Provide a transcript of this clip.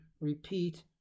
repeat